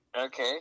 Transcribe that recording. Okay